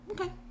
okay